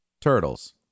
Turtles